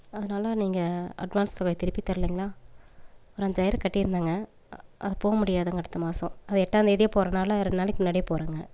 அதனால் நீங்கள் அட்வான்ஸ் தொகையை திருப்பி தர்லிங்ளா ஒரு அஞ்சாயிரம் கட்டியிருந்தங்க அது போக முடியாதுங்க அடுத்த மாதம் அது எட்டாந்தேதியே போகிறனால ரெண்டு நாளைக்கு முன்னாடியே போகிறோங்க